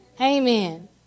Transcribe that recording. amen